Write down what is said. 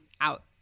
out